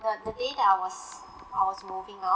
the the day that I was I was moving out